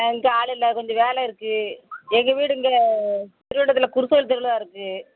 ஆ இங்கே ஆள் இல்லை கொஞ்சம் வேலை இருக்குது எங்கள் வீடு இங்கே முடிகொண்டத்தில் குருக்கள் தெருவில் தான் இருக்குது